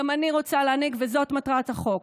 גם אני רוצה להנהיג, וזאת מטרת החוק.